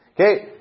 okay